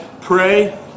pray